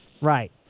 Right